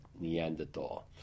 neanderthal